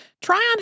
Tryon